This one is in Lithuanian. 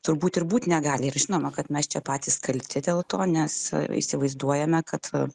turbūt ir būt negali ir žinoma kad mes čia patys kalti dėl to nes įsivaizduojame kad